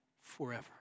forever